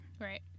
Right